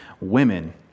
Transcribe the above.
women